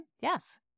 yes